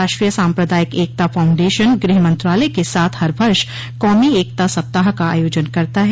राष्ट्रीय साम्प्रदायिक एकता फाउंडेशन गृहमंत्रालय के साथ हर वर्ष कौमी एकता सप्ताह का आयोजन करता है